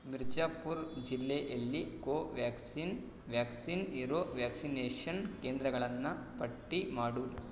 ಮಿರ್ಜಾಪುರ್ ಜಿಲ್ಲೆಯಲ್ಲಿ ಕೋವ್ಯಾಕ್ಸಿನ್ ವ್ಯಾಕ್ಸಿನ್ ಇರೋ ವ್ಯಾಕ್ಸಿನೇಷನ್ ಕೇಂದ್ರಗಳನ್ನು ಪಟ್ಟಿ ಮಾಡು